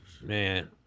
Man